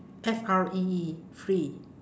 F R E E free